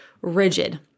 rigid